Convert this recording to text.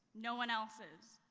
no one else's.